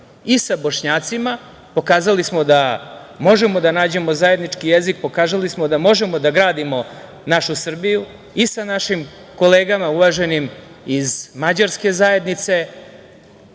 i sa Bošnjacima, pokazali smo da možemo da nađemo zajednički jezik, pokazali smo da možemo da gradimo našu Srbiju i sa našim kolegama uvaženim iz mađarske zajednice,